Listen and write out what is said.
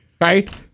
Right